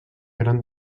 gran